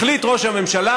החליט ראש הממשלה,